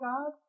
God